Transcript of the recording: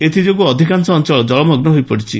ଏଥିଯୋଗୁ ଅଧିକାଂଶ ଅଞ୍ଞଳ ଜଳମଗ୍ର ହୋଇପଡିଛି